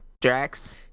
Drax